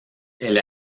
elle